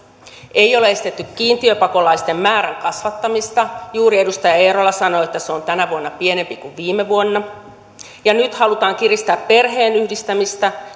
ei ole esitetty kiintiöpakolaisten määrän kasvattamista juuri edustaja eerola sanoi että se on tänä vuonna pienempi kuin viime vuonna ja nyt halutaan kiristää perheenyhdistämistä